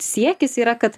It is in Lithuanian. siekis yra kad